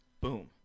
boom